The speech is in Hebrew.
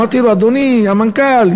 אמרתי לו: אדוני המנכ"ל,